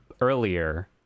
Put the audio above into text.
earlier